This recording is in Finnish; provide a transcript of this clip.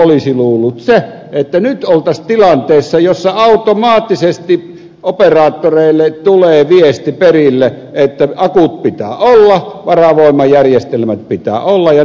olisi luullut että nyt oltaisiin tilanteessa jossa automaattisesti operaattoreille tulee viesti perille että akut pitää olla varavoimajärjestelmät pitää olla jnp